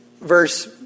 verse